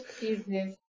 Business